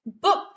book